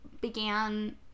began